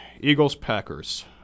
Eagles-Packers